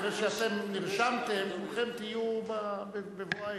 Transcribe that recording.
אחרי שאתם נרשמתם, כולכם תהיו בבוא העת.